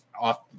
off